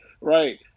right